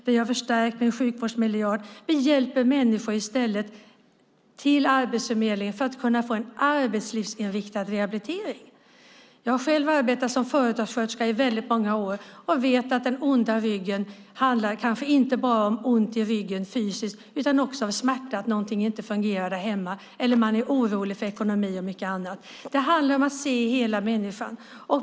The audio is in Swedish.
Vi har förstärkt med sjukvårdsmiljarden. Vi hjälper människor till Arbetsförmedlingen för att de ska kunna få en arbetslivsinriktad rehabilitering. Jag har själv arbetat som företagssköterska i många år och vet att den onda ryggen kanske inte bara handlar om ont i ryggen fysiskt utan också om smärta för att någonting inte fungerar där hemma eller för att man är orolig för ekonomin och mycket annat. Det handlar om att se hela människan.